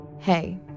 Hey